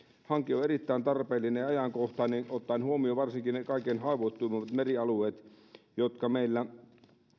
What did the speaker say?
hanke on erittäin tarpeellinen ja ajankohtainen ottaen huomioon varsinkin ne kaikkein haavoittuneimmat merialueet jotka meillä